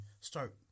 start